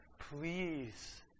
please